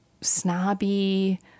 snobby